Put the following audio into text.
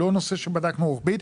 לא נושא שבדקנו רוחבית,